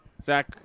Zach